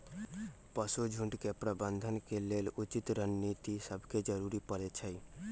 पशु झुण्ड के प्रबंधन के लेल उचित रणनीति सभके जरूरी परै छइ